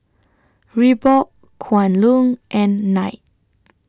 Reebok Kwan Loong and Knight